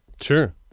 Sure